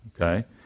okay